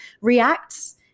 reacts